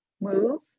move